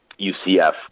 UCF